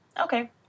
Okay